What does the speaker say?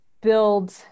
build